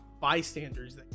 bystanders